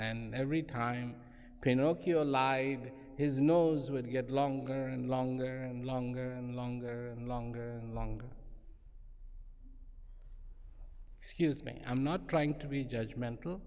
and every time pinocchio lie his nose will get longer and longer and longer and longer and longer and longer scuse me i'm not trying to be judge mental